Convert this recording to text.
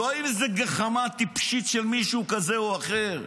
לא עם איזה גחמה טיפשית של מישהו כזה או אחר.